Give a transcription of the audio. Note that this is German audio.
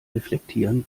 reflektieren